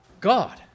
God